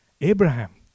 Abraham